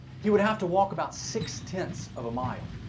he would have to walk about six ten ths of a mile.